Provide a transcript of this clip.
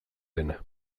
dena